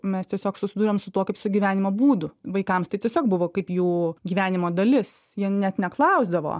mes tiesiog susiduriam su tuo kaip su gyvenimo būdu vaikams tai tiesiog buvo kaip jų gyvenimo dalis jie net neklausdavo